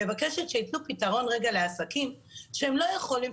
אני מבקשת שיתנו פתרון רגע לעסקים שהם לא יכולים,